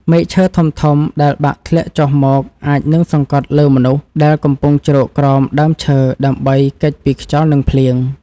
មែកឈើធំៗដែលបាក់ធ្លាក់ចុះមកអាចនឹងសង្កត់លើមនុស្សដែលកំពុងជ្រកក្រោមដើមឈើដើម្បីគេចពីខ្យល់ និងភ្លៀង។